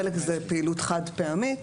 חלק זה פעילות חד פעמית.